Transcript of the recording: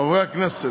חברי הכנסת,